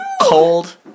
cold